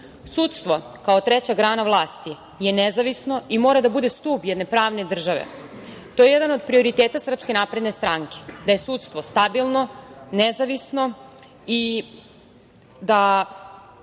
biramo. Sudstvo kao treća grana vlasti je nezavisno i mora da bude stub jedne pravne države. To je jedan od prioriteta SNS, da je sudstvo stabilno, nezavisno i da